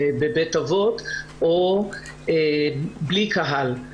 בבית אבות או בלי קהל.